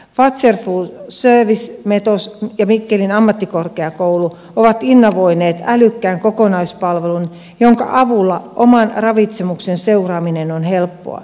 fazer food services metos ja mikkelin ammattikorkeakoulu ovat innovoineet älykkään kokonaispalvelun jonka avulla oman ravitsemuksen seuraaminen on helppoa